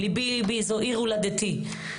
זו עיר הולדתי.